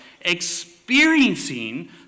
experiencing